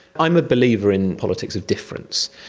i am a believer in politics of difference,